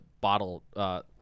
bottle